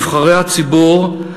נבחרי הציבור,